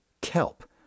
Kelp